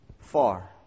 far